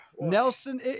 Nelson